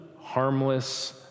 harmless